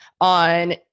on